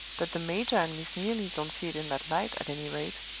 but the major and miss neelie don't see it in that light, at any rate.